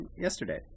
yesterday